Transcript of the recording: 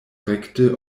rekte